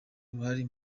uruhare